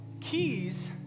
keys